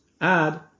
add